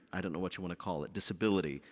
i don't know what you want to call it, disability,